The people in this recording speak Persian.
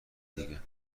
دیگه